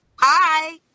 hi